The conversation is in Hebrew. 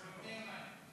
לפני יומיים.